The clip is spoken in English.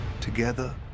Together